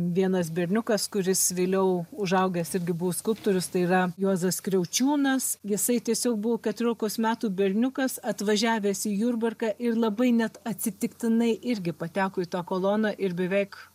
vienas berniukas kuris vėliau užaugęs irgi buvo skulptorius tai yra juozas kriaučiūnas jisai tiesiog buvo keturiolikos metų berniukas atvažiavęs į jurbarką ir labai net atsitiktinai irgi pateko į tą koloną ir beveik